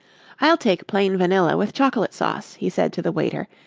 i'll take plain vanilla with chocolate sauce, he said to the waiter,